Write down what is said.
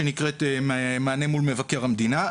שנקראת מענה מול מבקר המדינה.